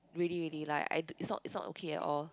really really like I it's not it's not okay at all